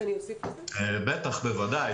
בוודאי.